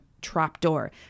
trapdoor